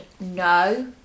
no